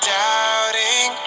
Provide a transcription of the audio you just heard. doubting